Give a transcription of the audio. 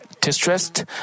distressed